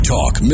Talk